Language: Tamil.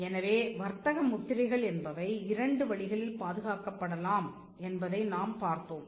எனவே வர்த்தக முத்திரைகள் என்பவை இரண்டு வழிகளில் பாதுகாக்கப் படலாம் என்பதை நாம் பார்த்தோம்